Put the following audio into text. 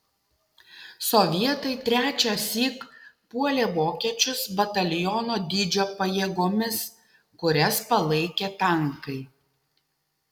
sovietai trečiąsyk puolė vokiečius bataliono dydžio pajėgomis kurias palaikė tankai